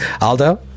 Aldo